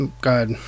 God